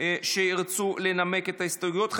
שירצו לנמק את ההסתייגויות.